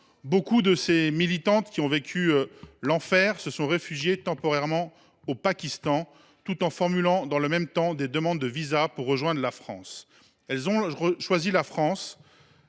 Beaucoup de ces militantes qui ont vécu l’enfer se sont réfugiées temporairement au Pakistan tout en formulant des demandes de visas pour rejoindre notre pays. Elles ont choisi la France,